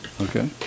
Okay